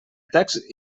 text